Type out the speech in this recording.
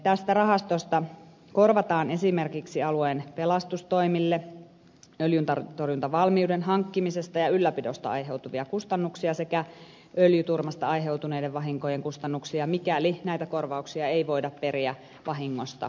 tästä rahastosta korvataan esimerkiksi alueen pelastustoimille öljyntorjuntavalmiuden hankkimisesta ja ylläpidosta aiheutuvia kustannuksia sekä öljyturmasta aiheutuneiden vahinkojen kustannuksia mikäli näitä korvauksia ei voida periä vahingosta vastuulliselta